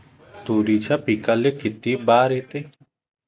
तुरीच्या पिकाले किती बार येते?